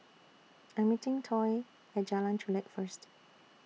I'm meeting Toy At Jalan Chulek First